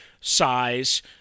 size